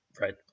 right